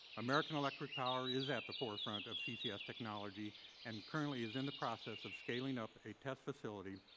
american electric power is at the forefront of ccs technology and currently is in the process of scaling up a test facility